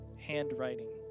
handwriting